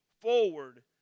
forward